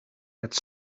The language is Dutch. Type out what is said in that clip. het